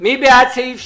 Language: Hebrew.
מי בעד סעיף 2,